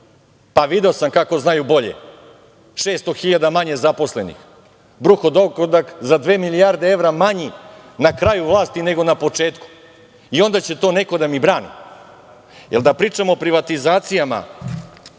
Video sam kako znaju bolje - 600 hiljada manje zaposlenih, bruto dohodak za dve milijarde evra manji na kraju vlasti nego na početku. I onda će to neko da mi brani? Ili da pričam o privatizacijama,